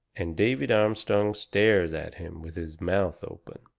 and david armstrong stares at him with his mouth open.